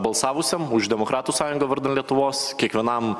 balsavusiam už demokratų sąjungą vardan lietuvos kiekvienam